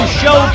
show